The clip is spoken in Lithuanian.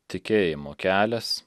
tikėjimo kelias